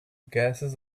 gases